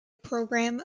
program